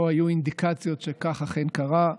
לא היו אינדיקציות שכך אכן קרה.